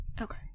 Okay